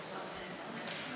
הצעת חוק הסדרת העיסוק במקצועות